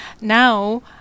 Now